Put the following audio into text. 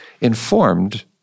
informed